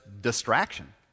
distraction